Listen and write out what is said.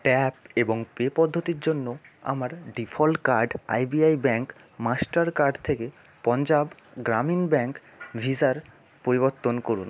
tap এবং pay পদ্ধতির জন্য আমার default card I B I bank Mastercard থেকে পঞ্জাব গ্রামীণ ব্যাংক ভিসার পরিবর্তন করুন